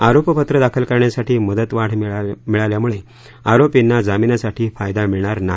आरोपपत्र दाखल करण्यासाठी मुदतवाढ मिळाल्यामुळे आरोपीना जामिनासाठी फायदा मिळणार नाही